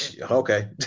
okay